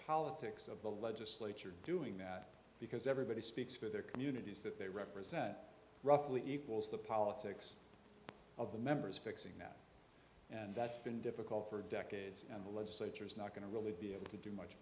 politics of the legislature doing that because everybody speaks for their communities that they represent roughly equals the politics of the members fixing that and that's been difficult for decades and the legislature is not going to really be able to do much